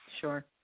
Sure